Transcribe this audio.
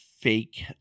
fake